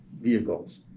vehicles